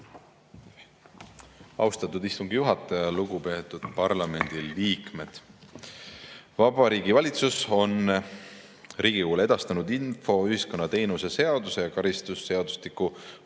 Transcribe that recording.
Austatud istungi juhataja! Lugupeetud parlamendi liikmed! Vabariigi Valitsus on Riigikogule edastanud infoühiskonna teenuse seaduse ja karistusseadustiku muutmise